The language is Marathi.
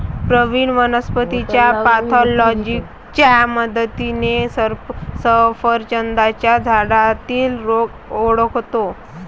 प्रवीण वनस्पतीच्या पॅथॉलॉजीच्या मदतीने सफरचंदाच्या झाडातील रोग ओळखतो